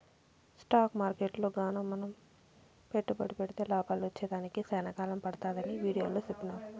stock మార్కెట్టులో గాన మనం పెట్టుబడి పెడితే లాభాలు వచ్చేదానికి సేనా కాలం పడతాదని వీడియోలో సెప్పినారు